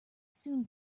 soon